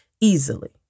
easily